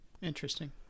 Interesting